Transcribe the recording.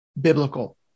biblical